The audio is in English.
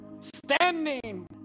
standing